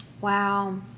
Wow